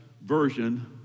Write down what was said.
version